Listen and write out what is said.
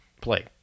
play